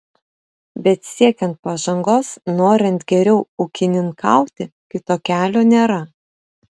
bet siekiant pažangos norint geriau ūkininkauti kito kelio nėra